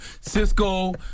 Cisco